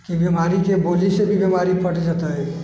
कि बिमारीके बाजैसँ भी बिमारी पट जेतै